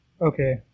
Okay